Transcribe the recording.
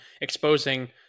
exposing